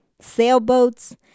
sailboats